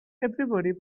everybody